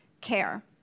care